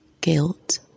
guilt